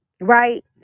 right